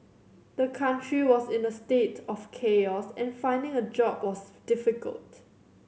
the country was in a state of chaos and finding a job was difficult